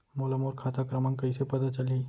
मोला मोर खाता क्रमाँक कइसे पता चलही?